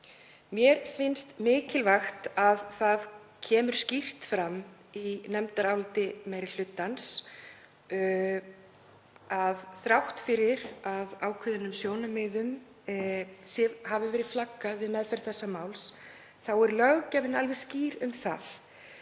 Mér finnst mikilvægt að það kemur skýrt fram í nefndaráliti meiri hlutans að þrátt fyrir að ákveðnum sjónarmiðum hafi verið flaggað við meðferð þessa máls er löggjafinn alveg skýr um það